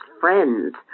friends